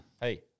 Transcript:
Hey